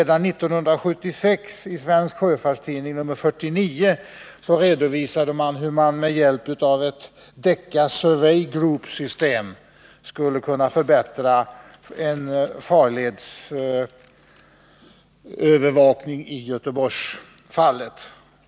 Redan 1976, i Svensk Sjöfarts Tidning nr 49, redovisades hur man med hjälp av ett Decca Survey Pilot System skulle kunna förbättra en farleds övervakning, t. ex Göteborgs.